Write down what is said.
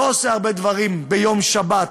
לא עושה הרבה דברים ביום שבת,